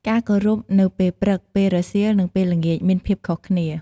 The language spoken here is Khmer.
ការគោរពនៅពេលព្រឹក ពេលរសៀល និងពេលល្ងាច មានភាពខុសគ្នា។